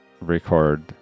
record